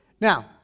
Now